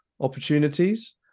opportunities